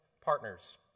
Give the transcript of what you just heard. partners